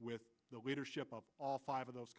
with the leadership of all five of those